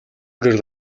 гэрэл